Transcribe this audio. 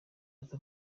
ati